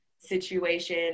situation